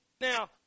Now